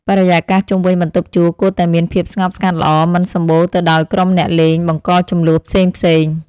បរិយាកាសជុំវិញបន្ទប់ជួលគួរតែមានភាពស្ងប់ស្ងាត់ល្អ មិនសម្បូរទៅដោយក្រុមអ្នកលេងបង្កជម្លោះផ្សេងៗ។